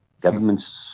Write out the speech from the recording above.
government's